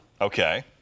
Okay